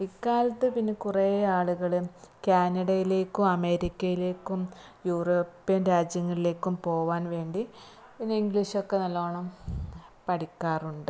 ഇക്കാലത്ത് പിന്നെ കുറേ ആളുകൾ കാനഡയിലേക്കും അമേരിക്കയിലേക്കും യൂറോപ്യൻ രാജ്യങ്ങളിലേക്കും പോകാൻ വേണ്ടി പിന്നെ ഇംഗ്ലീഷൊക്കെ നല്ലവണ്ണം പഠിക്കാറുണ്ട്